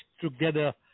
together